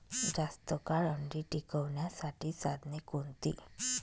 जास्त काळ अंडी टिकवण्यासाठी साधने कोणती?